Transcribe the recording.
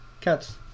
cats